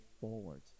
forward